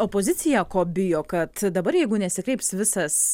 opozicija ko bijo kad dabar jeigu nesikreips visas